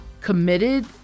committed